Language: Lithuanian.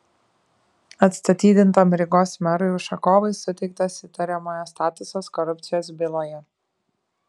atstatydintam rygos merui ušakovui suteiktas įtariamojo statusas korupcijos byloje